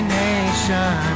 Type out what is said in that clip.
nation